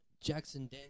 Jackson